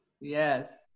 yes